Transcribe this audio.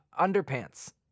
underpants